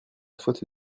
faute